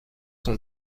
son